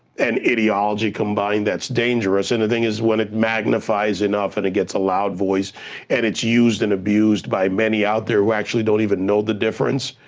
and ideology combined that's dangerous, and the thing is when it magnifies enough and it gets a loud voice and it's used and abused by many out there who actually don't even know the difference,